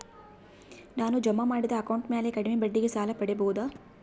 ನಾನು ಜಮಾ ಮಾಡಿದ ಅಕೌಂಟ್ ಮ್ಯಾಲೆ ಕಡಿಮೆ ಬಡ್ಡಿಗೆ ಸಾಲ ಪಡೇಬೋದಾ?